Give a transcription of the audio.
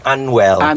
Unwell